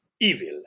evil